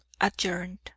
adjourned